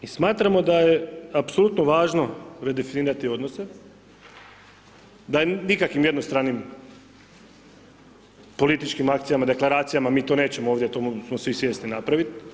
I smatramo da je apsolutno važno redefinirati odnose, da nikakvim jednostranim političkim akcijama, deklaracijama, mi to nećemo, ovdje, to smo svi svjesni napraviti.